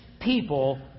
people